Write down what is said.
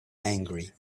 angry